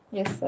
yes